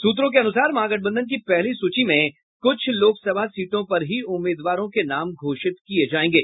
सूत्रों के अनुसार महागठबंधन की पहली सूची में कुछ लोकसभा सीटों पर ही उम्मीदवारों के नाम घोषित किये जायेंगे